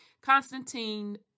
Constantine